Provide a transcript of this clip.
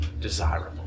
desirable